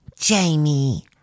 Jamie